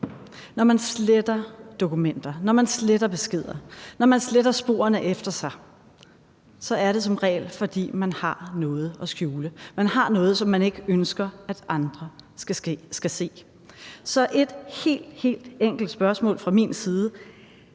når man sletter beskeder, når man sletter sporene efter sig, er det som regel, fordi man har noget at skjule; man har noget, som man ikke ønsker at andre skal se. Så et helt, helt enkelt spørgsmål fra min side